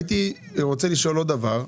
הייתי רוצה לשאול עוד דבר,